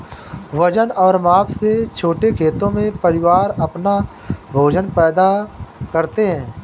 वजन और माप से छोटे खेतों में, परिवार अपना भोजन पैदा करते है